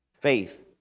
faith